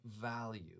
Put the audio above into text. value